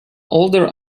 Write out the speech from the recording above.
older